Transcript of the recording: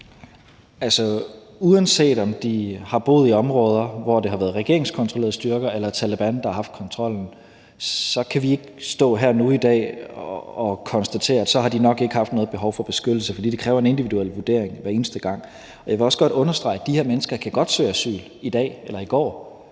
uanset om de har boet i områder, hvor det har været regeringskontrollerede styrker eller Taleban, der har haft kontrollen, så kan vi ikke stå her nu i dag og konstatere, at så har de nok ikke haft noget behov for beskyttelse, for det kræver en individuel vurdering hver eneste gang. Jeg vil også godt understrege, at de her mennesker godt kan søge asyl i dag eller i går.